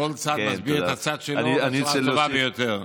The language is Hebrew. כל צד מסביר את הצד שלו בצורה הטובה יותר.